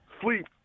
Sleep